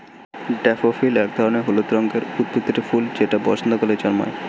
daffodil এক ধরনের হলুদ রঙের উদ্ভিদের ফুল যেটা বসন্তকালে জন্মায়